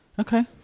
Okay